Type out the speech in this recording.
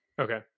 Okay